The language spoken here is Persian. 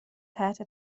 تحت